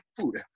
food